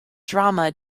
drama